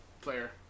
player